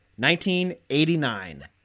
1989